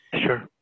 Sure